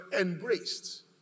embraced